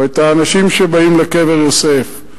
או את האנשים שבאים לקבר יוסף,